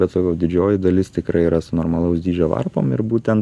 bet sakau didžioji dalis tikrai yra su normalaus dydžio varpom ir būtent